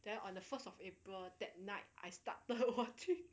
then on the first of april that night I started watching